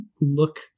look